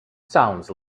sounds